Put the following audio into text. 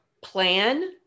plan